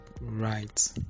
right